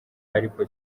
ariko